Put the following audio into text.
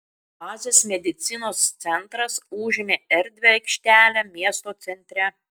oazės medicinos centras užėmė erdvią aikštelę miesto centre